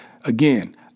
Again